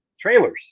trailers